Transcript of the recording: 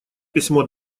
письмо